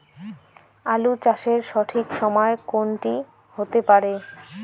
আলু চাষের সঠিক সময় কোন টি হতে পারে?